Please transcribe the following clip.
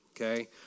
okay